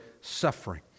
suffering